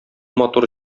матур